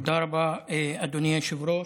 תודה רבה, אדוני היושב-ראש.